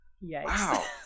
wow